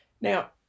Now